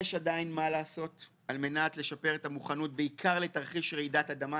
יש עדיין מה לעשות על מנת לשפר את המוכנות בעיקר לתרחיש של רעידת אדמה,